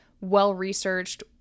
well-researched